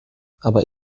aber